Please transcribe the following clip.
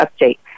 update